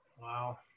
Wow